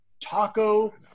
taco